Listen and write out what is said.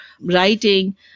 writing